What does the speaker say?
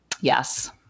Yes